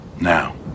Now